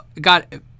got